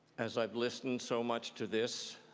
as i've listened so much to this,